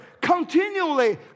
continually